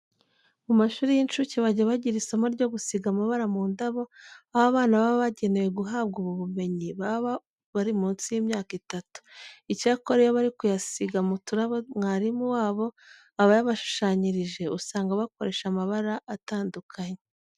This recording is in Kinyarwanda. Mu mashuri y'incuke bajya bagira isomo ryo gusiga amabara mu ndabo, aho abana baba bagenewe guhabwa ubu bumenyi baba bari munsi y'imyaka itatu. Icyakora iyo bari kuyasiga mu turabo mwarimu wabo aba yabashushanyirije, usanga bakoresha amabara atandukanye.